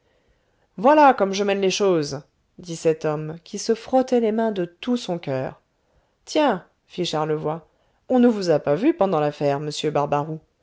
voilà comme je mène les choses dit cet homme qui se frottait les mains de tout son coeur tiens fit charlevoy on ne vous a pas vu pendant l'affaire monsieur barbaroux